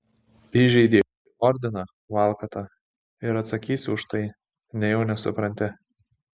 įžeidei ordiną valkata ir atsakysi už tai nejau nesupranti